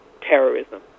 terrorism